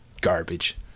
garbage